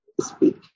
speak